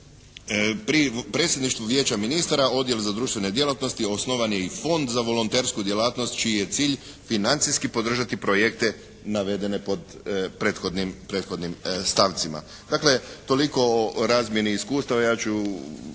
Pri Predsjedništvu Vijeća ministara Odjel za društvene djelatnosti osnovan je i Fond za volontersku djelatnost čiji je cilj financijski podržati projekte navedene pod prethodnim stavcima. Dakle toliko o razmjeni iskustava.